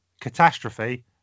Catastrophe